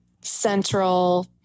central